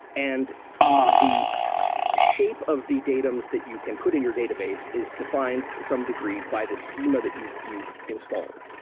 and the shape of the datums that you can put in your database is defi ned to some degree by the schema that you've you've installed.